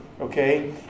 Okay